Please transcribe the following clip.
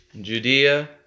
Judea